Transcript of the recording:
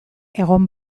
egon